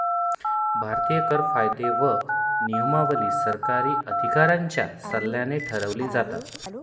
भारतीय कर कायदे व नियमावली सरकारी अधिकाऱ्यांच्या सल्ल्याने ठरवली जातात